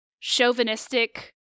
chauvinistic